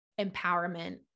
empowerment